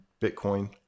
Bitcoin